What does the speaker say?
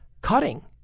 cutting